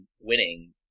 winning